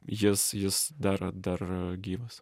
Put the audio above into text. jis jis dar dar gyvas